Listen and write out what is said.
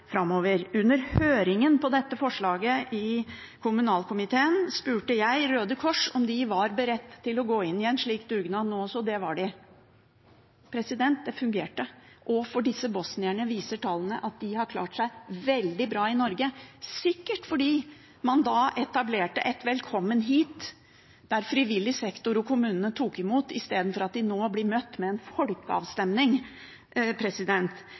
framover. Under høringen til dette forslaget i kommunalkomiteen spurte jeg Røde Kors om de var beredt til å gå inn i en slik dugnad nå også, og det var de. Det fungerte. For disse bosnierne viser tallene at de har klart seg veldig bra i Norge, sikkert fordi man da etablerte et «Velkommen hit», der frivillig sektor og kommunene tok imot, i stedet for, som nå, at flyktningene blir møtt med en folkeavstemning.